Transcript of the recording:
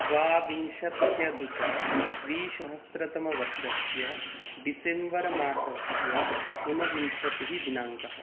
द्वाविंशत्यधिकद्विसहस्रतमवर्षस्य डिसम्बर् मासस्य ऊनविंशतिः दिनाङ्कः